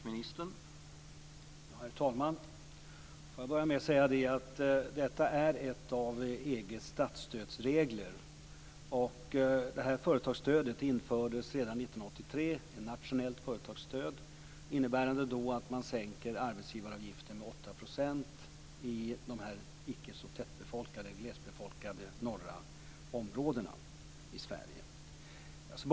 Herr talman! Får jag börja med att säga att detta är ett av EU:s statsstödsregler. Det här företagsstödet infördes redan 1983, ett nationellt företagsstöd, innebärande att man sänker arbetsgivaravgiften med 8 % i de här icke så tätt befolkade, glesbefolkade, norra områdena i Sverige.